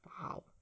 Wow